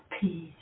peace